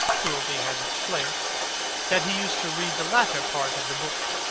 cruelty has its place that he used to read the latter part of the book,